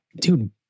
dude